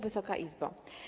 Wysoka Izbo!